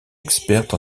experte